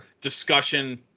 discussion